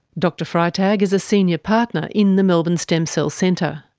dr freitag is a senior partner in the melbourne stem cell centre,